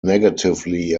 negatively